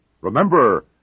Remember